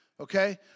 Okay